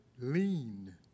lean